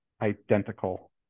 identical